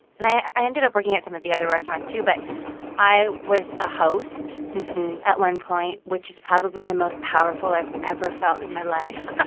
and i ended up working at some of the other restaurants too. but i was a host at one point, which is probably the most powerful i've ever felt in my life